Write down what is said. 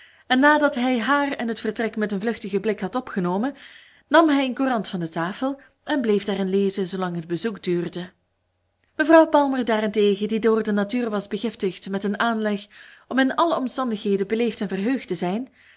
en nadat hij haar en het vertrek met een vluchtigen blik had opgenomen nam hij een courant van de tafel en bleef daarin lezen zoolang het bezoek duurde mevrouw palmer daarentegen die door de natuur was begiftigd met een aanleg om in alle omstandigheden beleefd en verheugd te zijn